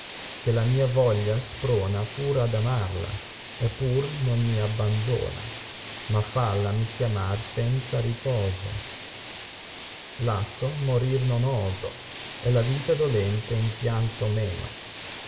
che la mia voglia sprona pur ad amarla e pur non mi abbandona ma fallami chiamar senza riposo lasso morir non oso e la vita dolente in pianto meno